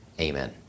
Amen